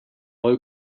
low